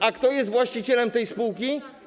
A kto jest właścicielem tej spółki?